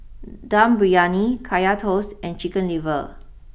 Dum Briyani Kaya Toast and Chicken liver